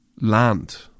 land